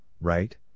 right